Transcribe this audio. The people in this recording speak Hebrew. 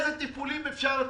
איזה טיפולים אפשר לתת?